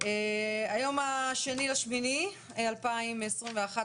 היום ה-2.8.2021,